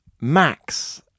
Max